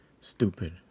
stupid